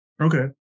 Okay